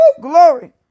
glory